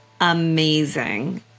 amazing